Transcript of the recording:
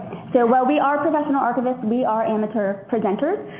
so while we are professional archivists we are amateur presenters.